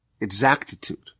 exactitude